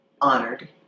honored